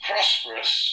prosperous